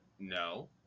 no